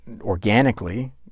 organically